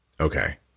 okay